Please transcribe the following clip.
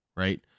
Right